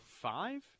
five